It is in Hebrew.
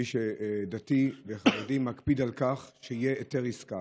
מי שדתי וחרדי מקפיד על כך שיהיה היתר עסקה.